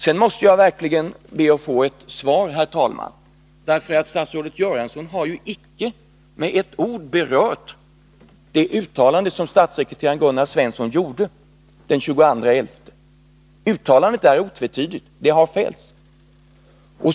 Jag måste verkligen be att få ett svar, herr talman. Statsrådet Göransson har ju icke med ett ord berört det uttalande som statssekreteraren Gunnar Svensson gjorde den 22 november. Uttalandet är otvetydigt. Det har fällts.